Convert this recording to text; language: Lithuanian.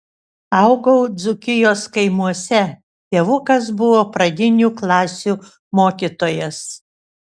augau dzūkijos kaimuose tėvukas buvo pradinių klasių mokytojas